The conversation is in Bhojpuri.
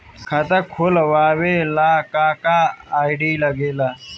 खाता खोलवावे ला का का आई.डी लागेला?